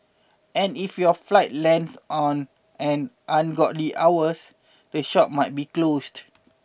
and if your flight lands on an ungodly hours the shop might be closed